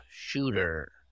Shooter